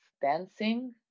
dancing